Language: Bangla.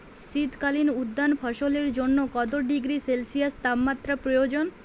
শীত কালীন উদ্যান ফসলের জন্য কত ডিগ্রী সেলসিয়াস তাপমাত্রা প্রয়োজন?